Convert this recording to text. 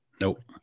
Nope